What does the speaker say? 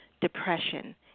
depression